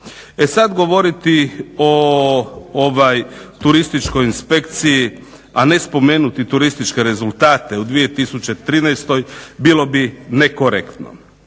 E sad govoriti o turističkoj inspekciji a ne spomenuti turističke rezultate u 2013. bilo bi nekorektno.